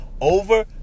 over